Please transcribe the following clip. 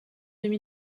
demi